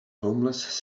homeless